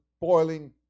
boiling